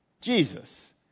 Jesus